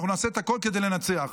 ואנחנו נעשה את הכול כדי לנצח,